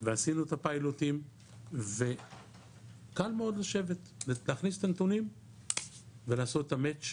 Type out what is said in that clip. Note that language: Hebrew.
ועשינו את הפיילוטים וקל מאוד לשבת להכניס את הנתונים ולעשות את המאץ',